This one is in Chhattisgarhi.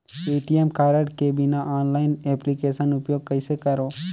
ए.टी.एम कारड के बिना ऑनलाइन एप्लिकेशन उपयोग कइसे करो?